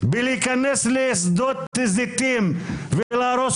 בלהיכנס לשדות זיתים ולהרוס